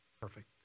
Perfect